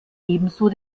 ebenso